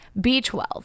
B12